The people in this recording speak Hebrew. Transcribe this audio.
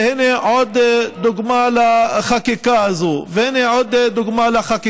והינה עוד דוגמה לחקיקה הזאת.